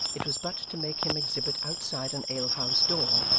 it was but to make him exhibit outside an alehouse door,